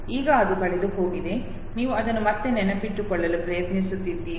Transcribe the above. ಈಗ ಅದು ಕಳೆದುಹೋಗಿದೆ ನೀವು ಅದನ್ನು ಮತ್ತೆ ನೆನಪಿಟ್ಟುಕೊಳ್ಳಲು ಪ್ರಯತ್ನಿಸುತ್ತಿದ್ದೀರಿ